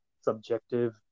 subjective